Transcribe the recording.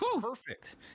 perfect